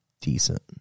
decent